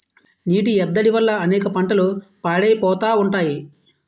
నీటి ఎద్దడి వల్ల అనేక పంటలు పాడైపోతా ఉంటాయి